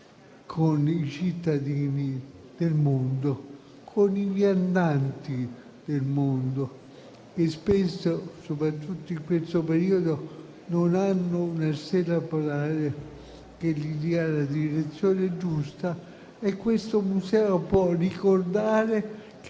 con i cittadini del mondo, con i viandanti del mondo che spesso, soprattutto in questo periodo, non hanno una stella polare che gli dia la direzione giusta. Questo Museo può ricordare che